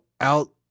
out